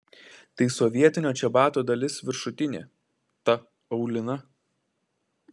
tai sovietinio čebato dalis viršutinė ta aulina